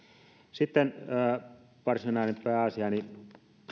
sitten varsinainen pääasiani